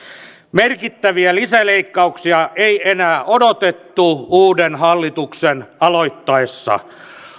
merkittäviä lisäleikkauksia ei enää odotettu uuden hallituksen aloittaessa